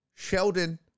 Sheldon